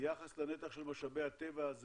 ביחס לנתח של משאבי הטבע,